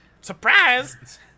Surprise